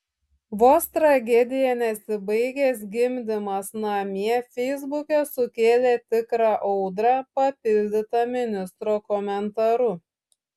vos tragedija nesibaigęs gimdymas namie feisbuke sukėlė tikrą audrą papildyta ministro komentaru